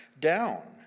down